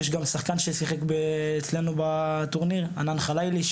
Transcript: יש גם שחקן ששיחק אצלנו בטורניר ענאן ח'לאילי,